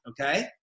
okay